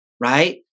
Right